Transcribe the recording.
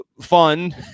fun